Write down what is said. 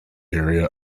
area